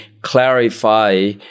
clarify